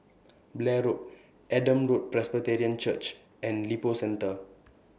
Blair Road Adam Road Presbyterian Church and Lippo Centre